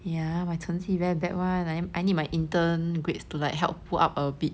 ya my 成绩 very bad one I'm I need my intern grades to like help pull up a bit